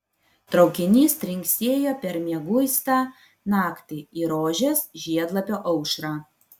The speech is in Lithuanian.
traukinys trinksėjo per mieguistą naktį į rožės žiedlapio aušrą